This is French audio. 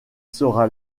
sera